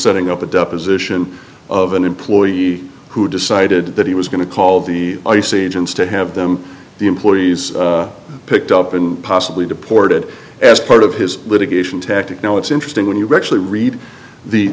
deposition of an employee who decided that he was going to call the ice agents to have them the employees picked up and possibly deported as part of his litigation tactic now it's interesting when you actually read the